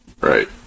Right